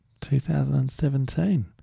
2017